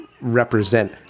represent